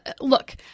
look